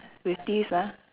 with teeths ah